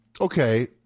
okay